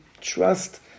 trust